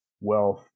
wealth